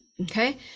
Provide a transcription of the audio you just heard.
Okay